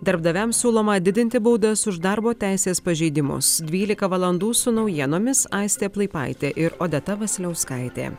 darbdaviams siūloma didinti baudas už darbo teisės pažeidimus dvylika valandų su naujienomis aistė plaipaitė ir odeta vasiliauskaitė